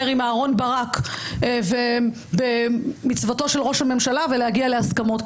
עם אהרן ברק במצוותו של ראש הממשלה ולהגיע להסכמות.